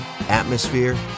Atmosphere